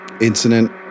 incident